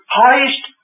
highest